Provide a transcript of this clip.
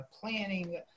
planning